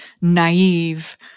naive